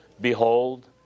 Behold